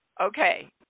Okay